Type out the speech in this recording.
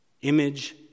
Image